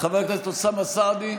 חבר הכנסת אוסאמה סעדי?